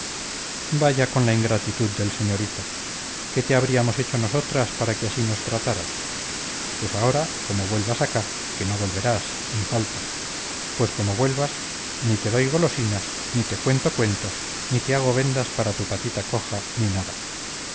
vaya con la ingratitud del señorito qué te abíamos echo nosotras para que así nos trataras pues aora como vuelvas acá que no volverás ni falta pues como vuelvas ni te doy golosinas ni te cuento cuentos ni te ago vendas para tu patita coja ni nada